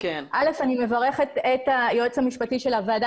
אני מברכת את היועץ המשפטי של הוועדה